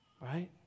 Right